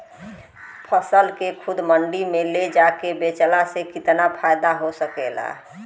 फसल के खुद मंडी में ले जाके बेचला से कितना फायदा हो सकेला?